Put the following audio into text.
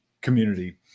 community